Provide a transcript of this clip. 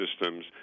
systems